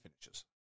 finishes